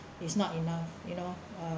is not enough you know uh